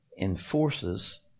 enforces